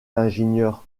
l’ingénieur